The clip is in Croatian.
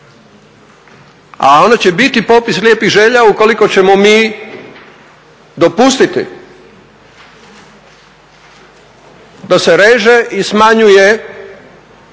a ona će biti popis lijepih želja ukoliko ćemo mi dopustiti da se reže i smanjuje